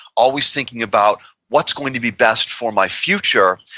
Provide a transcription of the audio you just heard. always thinking about what's going to be best for my future,